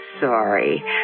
sorry